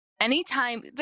anytime